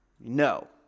No